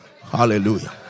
Hallelujah